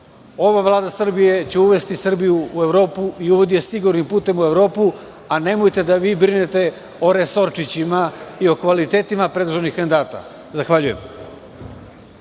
Vlada Srbije će uvesti Srbiju u Evropu i uvodi je sigurnim putem u Evropu, a nemojte vi da brinete o resorčićima i o kvalitetima predloženih kandidata. Hvala.